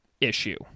issue